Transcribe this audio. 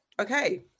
okay